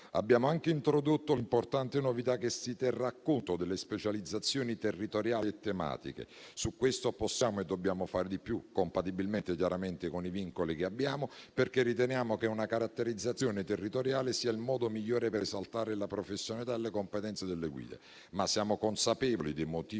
Abbiamo anche introdotto un'importante novità: si terrà conto delle specializzazioni territoriali e tematiche. Su questo possiamo e dobbiamo fare di più, compatibilmente con i vincoli che abbiamo, perché riteniamo che una caratterizzazione territoriale sia il modo migliore per esaltare la professionalità e le competenze delle guide. Siamo però consapevoli dei motivi